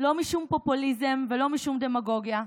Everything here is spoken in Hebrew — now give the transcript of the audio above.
לא משום פופוליזם ולא משום דמגוגיה,